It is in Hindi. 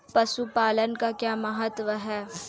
पशुपालन का क्या महत्व है?